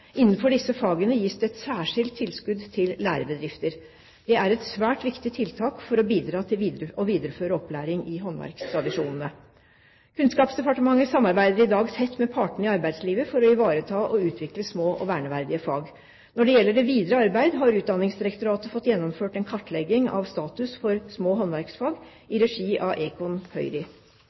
Innenfor disse fagene gis det et særskilt tilskudd til lærebedrifter. Det er et svært viktig tiltak for å bidra til å videreføre opplæring i håndverkstradisjonene. Kunnskapsdepartementet samarbeider i dag tett med partene i arbeidslivet for å ivareta og utvikle små og verneverdige fag. Når det gjelder det videre arbeidet, har Utdanningsdirektoratet fått gjennomført en kartlegging av status for små håndverksfag i regi av